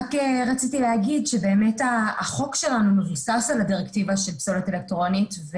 רציתי לומר שהחוק שלנו מבוסס על הדירקטיבה של פסולת אלקטרונית.